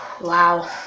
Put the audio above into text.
Wow